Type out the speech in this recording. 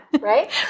right